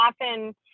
often